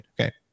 Okay